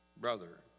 brother